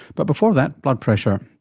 but before that blood pressure.